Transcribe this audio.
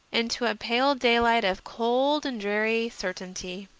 into a pale daylight of cold and dreary certainty.